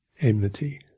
enmity